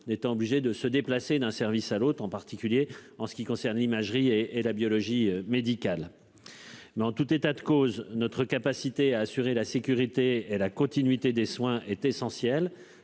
en étant obligé de se déplacer d'un service à l'autre, en particulier en ce qui concerne l'imagerie et et la biologie médicale. Mais en tout état de cause, notre capacité à assurer la sécurité et la continuité des soins est essentiel